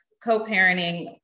co-parenting